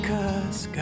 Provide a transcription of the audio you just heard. Cause